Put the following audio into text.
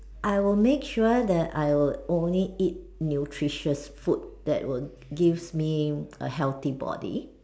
I will make sure that I will only eat nutritious food that will give me a healthy body